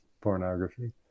pornography